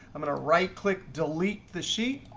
i'm going to right click delete the sheet.